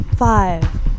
Five